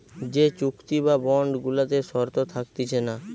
যে চুক্তি বা বন্ড গুলাতে শর্ত থাকতিছে না